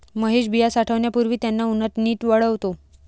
महेश बिया साठवण्यापूर्वी त्यांना उन्हात नीट वाळवतो